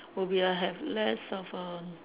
will be like have less of erm